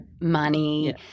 money